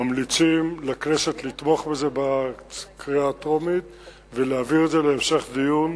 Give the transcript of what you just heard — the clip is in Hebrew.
ממליצים לכנסת לתמוך בזה בקריאה הטרומית ולהעביר את זה להמשך דיון